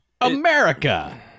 America